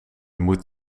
moet